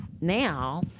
now